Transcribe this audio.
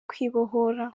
kwibohora